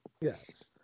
yes